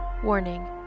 Warning